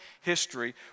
history